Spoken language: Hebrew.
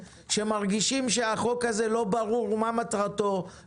שמרגישים שלא ברורה מטרתו של החוק הזה,